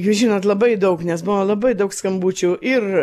jūs žinot labai daug nes buvo labai daug skambučių ir